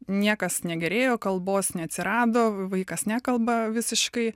niekas negerėjo kalbos neatsirado vaikas nekalba visiškai